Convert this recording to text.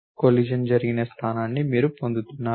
collision జరిగిన స్థానమును మీరు పొందుతున్నారు